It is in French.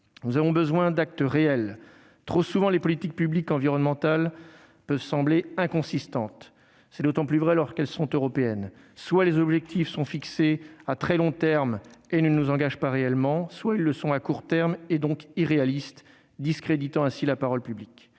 Nous avons besoin d'actes réels. Trop souvent, les politiques publiques environnementales peuvent sembler inconsistantes. C'est d'autant plus vrai lorsqu'elles sont européennes : les objectifs sont soit fixés à très long terme et ne nous engagent pas réellement, soit fixés à court terme et irréalistes, discréditant ainsi la parole publique.